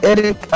Eric